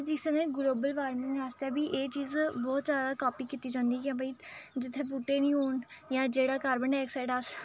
अस जिस समें ग्लोबल वार्मिंग आस्तै बी एह् चीज़ बहोत जादै कॉपी कीती जंदी ऐ कि भई जि'त्थें बूह्टे निं होन जां जेह्ड़ा कार्बन डाइऑक्साइड अस